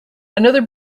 another